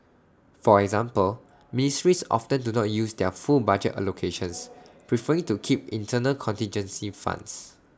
for example ministries often do not use their full budget allocations preferring to keep internal contingency funds